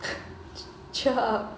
che~ cheer up